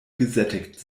gesättigt